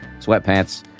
sweatpants